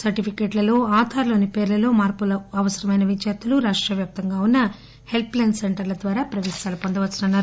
సర్లిఫికెట్లలో ఆధార్లోని పేర్లలో మార్పులు అవసరమైన విద్యార్థులు రాష్టవ్యాప్తంగా ఉన్న హెల్ప్లైన్ సెంటర్ల ద్వారా ప్రపేశాలు పొందవచ్చన్నారు